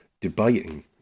debating